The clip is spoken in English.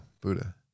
Buddha